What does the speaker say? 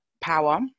Power